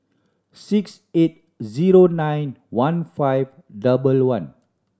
six eight zero nine one five double one